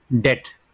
debt